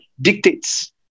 dictates